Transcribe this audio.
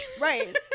Right